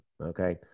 Okay